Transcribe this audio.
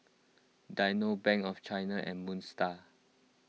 Dynamo Bank of China and Moon Star